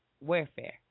Warfare